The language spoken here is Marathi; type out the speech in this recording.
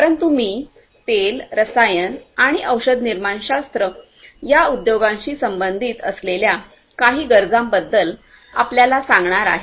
परंतु मी तेल रसायन आणि औषधनिर्माणशास्त्र या उद्योगांशी संबंधित असलेल्या काही गरजांबद्दल आपल्याला सांगणार आहे